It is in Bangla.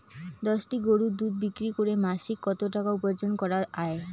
দশটি গরুর দুধ বিক্রি করে মাসিক কত টাকা উপার্জন করা য়ায়?